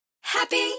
Happy